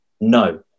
No